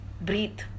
breathe